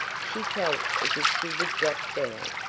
she felt as if she would drop down.